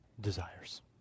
desires